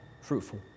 fruitful